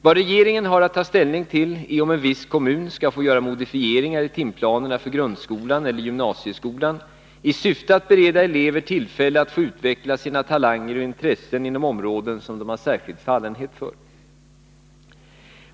Vad regeringen har att ta ställning till är om en viss kommun skall få göra modifieringar i timplanerna för grundskolan eller gymnasieskolan i syfte att bereda elever tillfälle att få utveckla sina talanger och intressen inom områden som de har särskild fallenhet för.